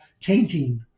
tainting